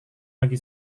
bagi